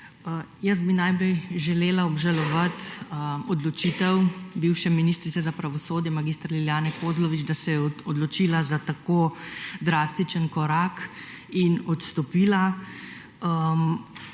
Jaz bi najprej želela obžalovati odločitev bivše ministrice za pravosodje mag. Lilijane Kozlovič, da se je odločila za tako drastičen korak in odstopila.